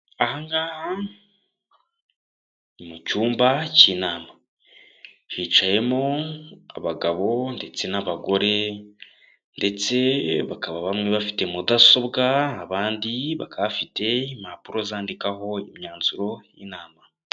Ahangaha ni mu cyumba cy'inama hicayemo abagabo ndetse n'abagore ndetse bakaba bamwe bafite mudasobwa, abandi bakaba bafite impapuro zandikwaho imyanzuro y'inama.